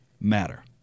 matter